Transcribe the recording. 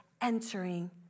entering